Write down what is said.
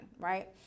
right